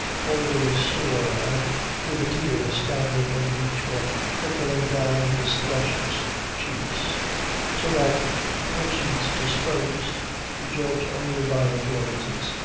always sore and with a tear standing in each, or trickling down his fleshless cheeks so that, to persons disposed to judge only by appearances,